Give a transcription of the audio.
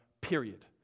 period